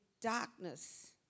darkness